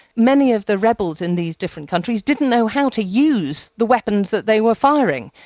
many of the rebels in these different countries didn't know how to use the weapons that they were firing.